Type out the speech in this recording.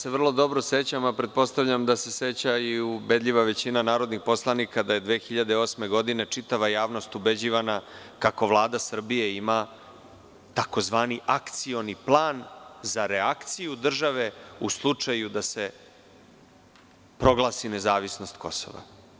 Ja se vrlo dobro sećam, a pretpostavljam da se seća i ubedljiva većina narodnih poslanika da je 2008. godine čitava javnost ubeđivana kako Vlada Srbije ima tzv. akcioni plan za reakciju države u slučaju da se proglasi nezavisnost Kosova.